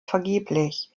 vergeblich